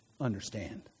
understand